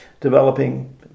developing